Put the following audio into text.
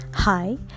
Hi